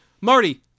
Marty